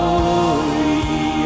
Glory